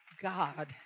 God